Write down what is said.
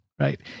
right